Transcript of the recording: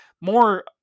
more